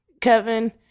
Kevin